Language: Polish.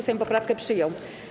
Sejm poprawkę przyjął.